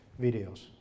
Videos